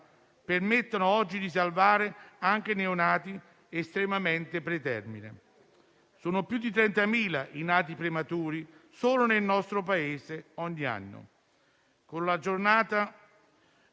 permettono oggi di salvare anche neonati estremamente pretermine. Sono più di 30.000 i nati prematuri solo nel nostro Paese ogni anno.